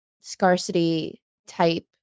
scarcity-type